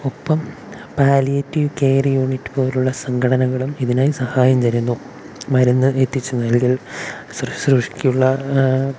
ഒപ്പം palliative care unit പോലെയുള്ള സംഘടനകളും ഇതിനായി സഹായം തരുന്നു മരുന്ന് എത്തിച്ച് നൽകൽ ശുശ്രുഷയ്ക്കുള്ള